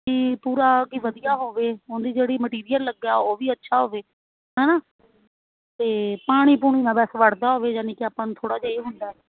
ਕਿ ਪੂਰਾ ਕਿ ਵਧੀਆ ਹੋਵੇ ਉਹਦੀ ਜਿਹੜੀ ਮਟੀਰੀਅਲ ਲੱਗਿਆ ਉਹ ਵੀ ਅੱਛਾ ਹੋਵੇ ਹੈ ਨਾ ਅਤੇ ਪਾਣੀ ਪੂਣੀ ਨਾ ਬਸ ਵੜਦਾ ਹੋਵੇ ਯਾਨੀ ਕਿ ਆਪਾਂ ਨੂੰ ਥੋੜ੍ਹਾ ਜਿਹਾ ਇਹ ਹੁੰਦਾ